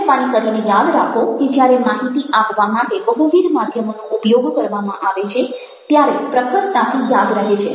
મહેરબાની કરીને યાદ રાખો કે જ્યારે માહિતી આપવા માટે બહુવિધ માધ્યમોનો ઉપયોગ કરવામાં આવે છે ત્યારે પ્રખરતાથી યાદ રહે છે